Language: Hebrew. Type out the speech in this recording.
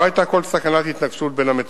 לא היתה כל סכנת התנגשות בין המטוסים.